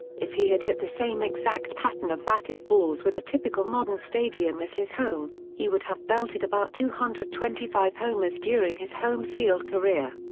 if he had hit the same exact pattern of batted balls with a typical modern stadium as his home, he would have belted about two hundred and twenty five homers during his home field career.